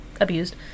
abused